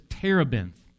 terebinth